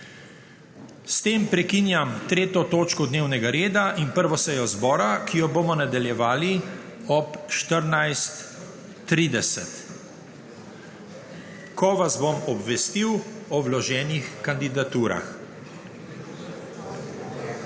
S tem prekinjam 3. točko dnevnega reda in 1. sejo zbora, ki jo bomo nadaljevali ob 14.30, ko vas bom obvestil o vloženih kandidaturah.